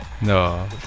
No